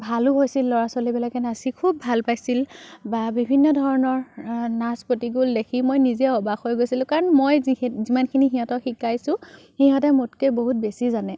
ভালোঁ হৈছিল ল'ৰা ছোৱালীবিলাকে নাচি খুব ভাল পাইছিল বা বিভিন্ন ধৰণৰ নাচ প্ৰতিকূল দেখি মই নিজে অবাক হৈ গৈছিলোঁ কাৰণ মই যিখিনি যিমানখিনি সিহঁতক শিকাইছোঁ সিহঁতে মোতকৈ বহুত বেছি জানে